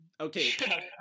Okay